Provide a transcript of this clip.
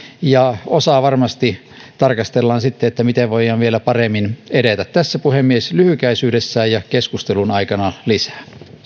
ja osa varmasti tarkastellaan siitä näkökulmasta miten voidaan vielä paremmin edetä tässä puhemies lyhykäisyydessään ja keskustelun aikana lisää